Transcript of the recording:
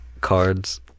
cards